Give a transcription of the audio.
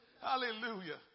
hallelujah